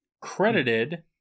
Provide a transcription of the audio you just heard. credited